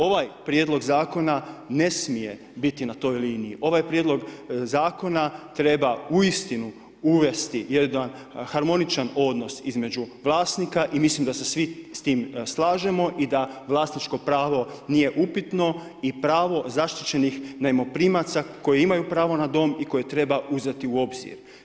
Ovaj Prijedlog zakona ne smije biti na toj liniji, ovaj prijedlog zakona treba uistinu uvesti jedan harmoničan odnos između vlasnika i mislim da se svi s tim slažemo i da vlasničko pravo nije upitno i pravo zaštićenih najmoprimaca koji imaju pravo na dom i koje treba uzeti u obzir.